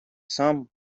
сам